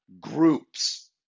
groups